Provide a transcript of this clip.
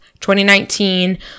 2019